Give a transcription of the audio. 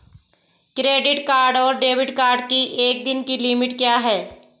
Credit card और debit card की एक दिन की लिमिट क्या है?